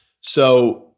So-